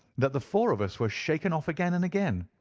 that the four of us were shaken off again and again.